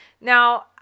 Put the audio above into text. Now